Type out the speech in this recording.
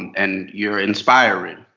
and you're inspiring.